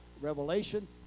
revelation